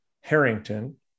Harrington